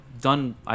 done